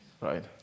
Right